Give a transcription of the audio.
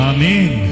Amen